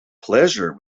pleasure